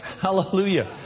Hallelujah